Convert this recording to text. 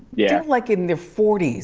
yeah like in their forty s,